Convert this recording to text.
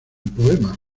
poema